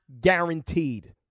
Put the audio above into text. guaranteed